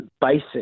basic